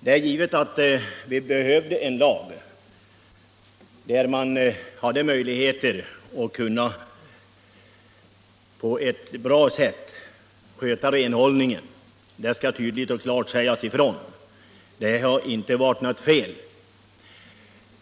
Det är givet att vi behövde en lag som gav möjligheter att på ett bra sätt sköta renhållningen, och det skall tydligt och klart sägas ifrån att det inte har varit något fel på den punkten.